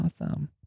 awesome